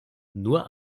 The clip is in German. nur